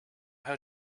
how